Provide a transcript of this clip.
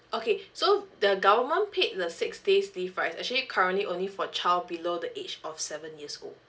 okay so the government paid the six days leave right actually currently only for child below the age of seven years old